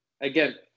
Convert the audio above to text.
again